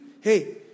Hey